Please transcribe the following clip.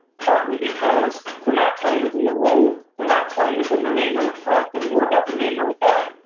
partly because they're not playing within their role, they're not playing within the name on the front, they're more about the name on the back,